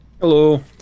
Hello